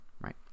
right